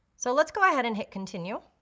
so let's go ahead and hit continue.